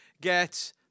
get